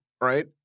right